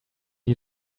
you